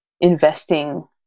investing